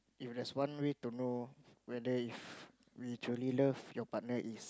if there's one way to know whether if we truly love your partner is